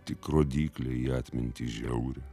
tik rodyklė į atmintį žiaurią